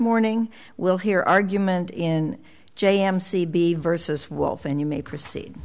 morning we'll hear argument in j m c b versus wealth and you may proceed